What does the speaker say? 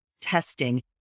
testing